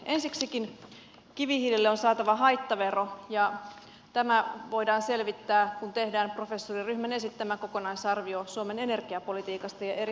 ensiksikin kivihiilelle on saatava haittavero ja tämä voidaan selvittää kun tehdään professoriryhmän esittämä kokonaisarvio suomen energiapolitiikasta ja eri skenaarioista